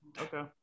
Okay